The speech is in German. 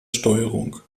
steuerung